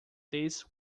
this